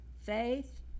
Faith